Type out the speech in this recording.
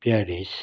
Paris